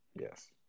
Yes